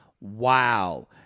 wow